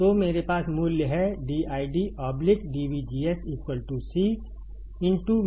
तो मेरे पास मूल्य है dID dVGS C